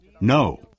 no